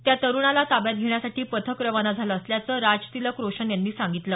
त्या तरुणाला ताब्यात घेण्यासाठी पथक रवाना झालं असल्याचं राज तिलक रोशन यांनी सांगितलं